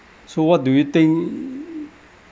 so what do you think